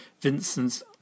Vincent's